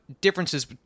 differences